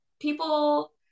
people